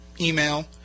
email